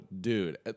dude